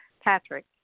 Patrick